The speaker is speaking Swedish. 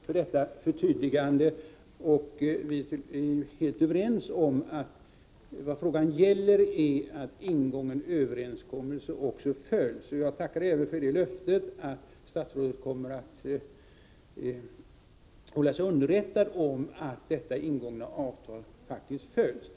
Fru talman! Jag tackar statsrådet för detta förtydligande. Vi är helt överens om att vad frågan gäller är att ingången överenskommelse också skall följas. Jag tackar även för löftet att statsrådet kommer att hålla sig underrättad om att det ingångna avtalet faktiskt följs.